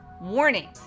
warning